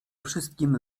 wszystkim